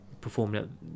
performing